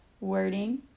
wording